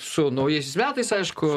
su naujais metais aišku